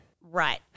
right